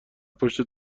پشت